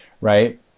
right